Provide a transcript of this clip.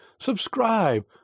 subscribe